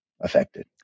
affected